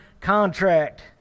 contract